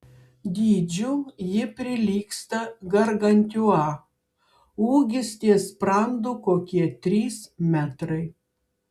dydžiu ji prilygsta gargantiua ūgis ties sprandu kokie trys metrai